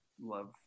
love